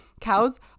cows